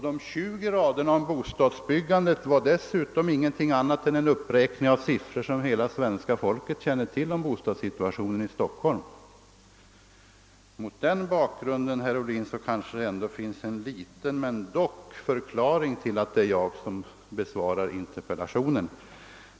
De 20 raderna om bostadsbyggandet innehöll dessutom ingenting annat än en uppräkning av siffror, som hela svenska folket känner till, om bostadssituationen i Stockholm. Denna bakgrund, herr Ohlin, utgör kanske ändå en viss förklaring till att det är jag som besvarar interpellationen.